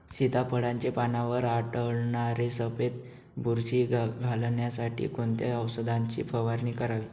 सीताफळाचे पानांवर आढळणारी सफेद बुरशी घालवण्यासाठी कोणत्या औषधांची फवारणी करावी?